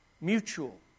Mutual